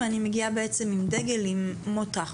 ואני מגיעה עם דגל עם מוט רך,